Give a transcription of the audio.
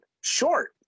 short